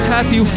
Happy